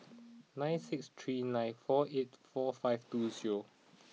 nine six three nine four eight four five two zero